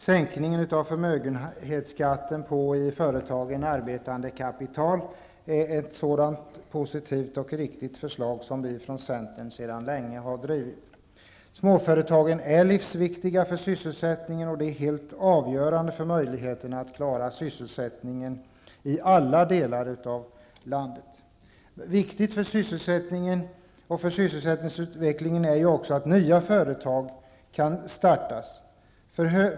Sänkningen av förmögenhetsskatten på det i företagen arbetande kapitalet är en sådan positiv och riktig åtgärd som vi i centern sedan länge har drivit. Småföretagen är livsviktiga för sysselsättningen och helt avgörande för möjligheten att klara sysselsättningen i alla delar av landet. Viktigt för sysselsättningsutvecklingen är också att nya företag kan startas.